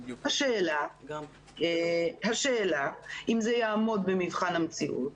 השאלה אם זה יעמוד במבחן המציאות